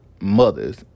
mother's